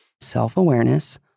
Self-awareness